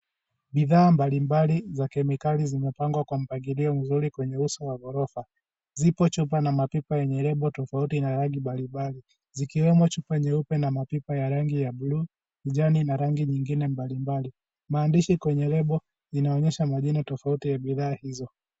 Bidhaa mbalimbali za kemikali zimepangwa kwa mpangilio mzuri kwenye wa ghorofa. Zipo chupa na mapipa yenye lebo tofauti na rangi mbalimbali zikiwemo chupa nyeupe na mapipa ya rangi ya bluu, kijani na rangi nyingine mbalimbali. Maandishi kwenye lebo inaonyesha majina tofauti ya bidhaa hizo.